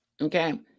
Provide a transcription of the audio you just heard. okay